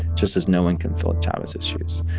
just as no one can fill chavez's shoes.